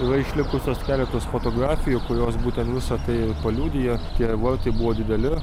yra išlikusios keletas fotografijų kurios būtent visa tai ir paliudija tie vartai buvo dideli